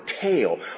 tail